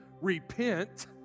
repent